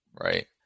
right